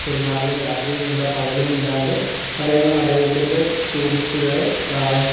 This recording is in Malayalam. പെരുമാറുകയും രാത്രിയെന്നില്ലാ പകലെന്നില്ലാണ്ട് അദ്ദേഹം അദ്ദേഹത്തിന്റെ ടൂറിസ്റ്റുകളെ ആ